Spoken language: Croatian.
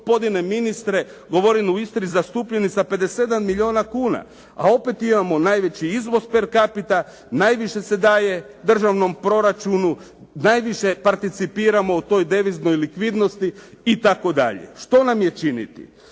gospodine ministre, govorim o Istri, zastupljeni sa 57 milijuna kuna, a opet imamo najveći izvoz per capita, najviše se daje državnom proračunu, najviše participiramo u toj deviznoj likvidnosti itd. Što nam je činiti?